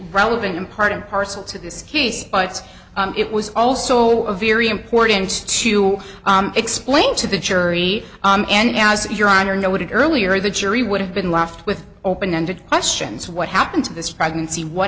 relevant and part and parcel to this case but it was also a very important to explain to the jury and as your honor noted earlier the jury would have been left with open ended questions what happened to this pregnancy what